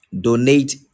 donate